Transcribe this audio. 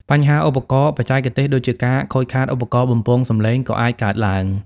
បញ្ហាឧបករណ៍បច្ចេកទេស ដូចជាការខូចខាតឧបករណ៍បំពងសំឡេងក៏អាចកើតឡើង។